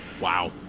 Wow